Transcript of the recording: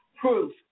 proof